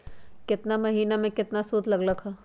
केतना महीना में कितना शुध लग लक ह?